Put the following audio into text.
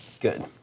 Good